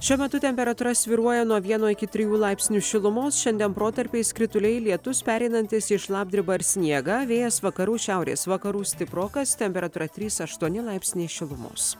šiuo metu temperatūra svyruoja nuo vieno iki trijų laipsnių šilumos šiandien protarpiais krituliai lietus pereinantis į šlapdribą ir sniegą vėjas vakarų šiaurės vakarų stiprokas temperatūra trys aštuoni laipsniai šilumos